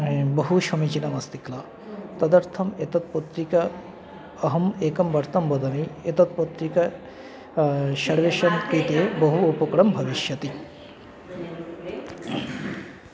बहु समीचीनमस्ति किल तदर्थम् एतत् पत्रिका अहम् एकं वर्तां वदमि एतत् पत्रिका सर्वेषां कृते बहु उपकारं भविष्यति